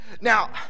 Now